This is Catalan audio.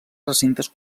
recintes